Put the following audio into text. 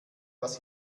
was